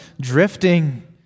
drifting